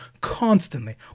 constantly